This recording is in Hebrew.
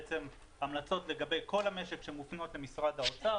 המלצות לגבי כל המשק שמופנות למשרד האוצר,